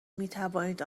میتوانید